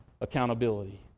accountability